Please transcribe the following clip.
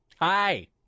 Hi